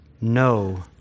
no